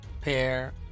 pair